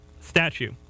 statue